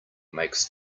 makes